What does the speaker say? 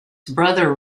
brother